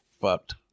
fucked